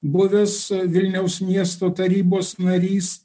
buvęs vilniaus miesto tarybos narys